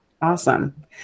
Awesome